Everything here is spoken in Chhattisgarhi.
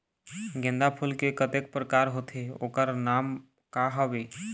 गेंदा फूल के कतेक प्रकार होथे ओकर नाम का हवे?